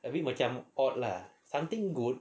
a bit macam odd lah something good